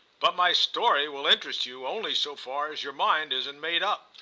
but my story will interest you only so far as your mind isn't made up.